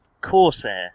Corsair